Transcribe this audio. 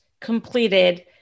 completed